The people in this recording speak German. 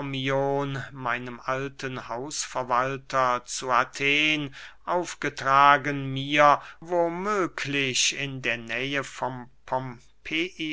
meinem alten hausverwalter zu athen aufgetragen mir wo möglich in der nähe vom